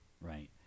Right